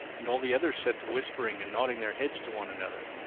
and all the others set to whispering and nodding their heads to one another.